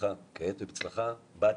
בהצלחה כעת ובהצלחה בעתיד.